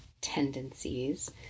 tendencies